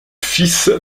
fils